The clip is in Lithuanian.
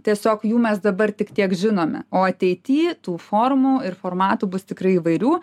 tiesiog jų mes dabar tik tiek žinome o ateity tų formų ir formatų bus tikrai įvairių